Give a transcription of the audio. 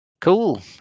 cool